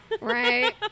Right